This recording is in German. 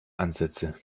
ansätze